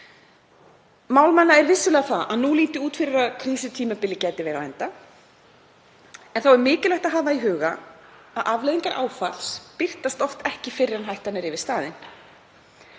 Mál manna er vissulega að nú líti út fyrir að krísutímabilið gæti verið á enda en þá er mikilvægt að hafa í huga að afleiðingar áfalls birtast oft ekki fyrr en hættan er yfirstaðin.